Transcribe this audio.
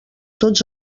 tots